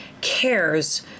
cares